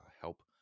help